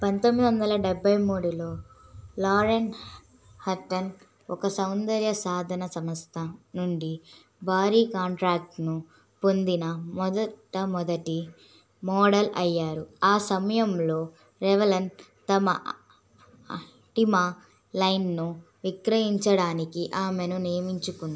పంతొమ్మిది వందల డెబ్బై మూడులో లారెన్ హట్టన్ ఒక సౌందర్య సాధన సమస్త నుండి భారీ కాంట్రాక్ట్ను పొందిన మొదట మొదటి మోడల్ అయ్యారు ఆ సమయంలో రెవలన్ తమ అల్టిమా లైన్ను విక్రయించడానికి ఆమెను నియమించుకుంది